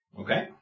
Okay